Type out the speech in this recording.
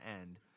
end